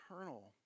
eternal